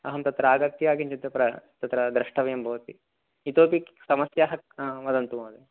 अहं तत्र आगत्य किञ्चित् प्र तत्र तत्र द्रष्टव्यं भवति इतोपि समस्याः वदन्तु महोदय